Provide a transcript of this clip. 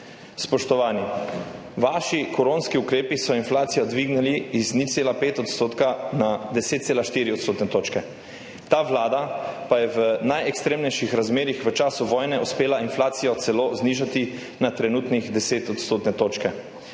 Spoštovani, vaši koronski ukrepi so inflacijo dvignili z 0,5 % na 10,4 odstotne točke. Ta vlada pa je v najekstremnejših razmerah v času vojne uspela inflacijo celo znižati na trenutnih 10 odstotnih točk.